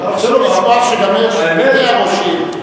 אסור לשכוח שגם מאיר שטרית היה ראש עיר.